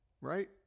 right